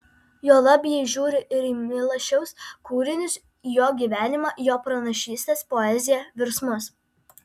juolab jei žiūri ir į milašiaus kūrinius į jo gyvenimą jo pranašystes poeziją virsmus